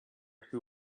who